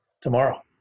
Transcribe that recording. tomorrow